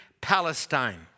Palestine